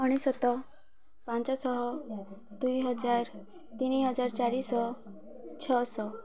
ଅନେଶ୍ୱତ ପାଞ୍ଚଶହ ଦୁଇହଜାର ତିନିହଜାର ଚାରିଶହ ଛଅଶହ